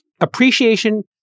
Appreciation